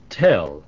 tell